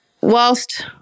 whilst